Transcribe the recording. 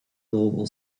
global